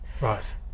Right